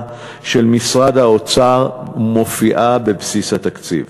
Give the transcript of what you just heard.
של משרד האוצר ומופיעה בבסיס התקציב.